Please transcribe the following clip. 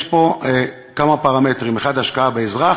יש פה כמה פרמטרים: השקעה באזרח,